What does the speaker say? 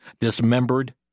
dismembered